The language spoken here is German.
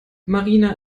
marina